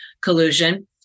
collusion